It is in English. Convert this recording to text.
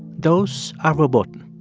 those are verboten